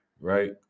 Right